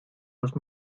los